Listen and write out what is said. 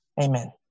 Amen